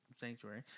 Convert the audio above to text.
Sanctuary